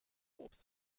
obst